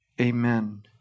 Amen